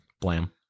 Blam